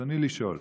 רצוני לשאול: